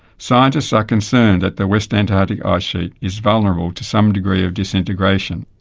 scientists are concerned that the west antarctic ice sheet is vulnerable to some degree of disintegration.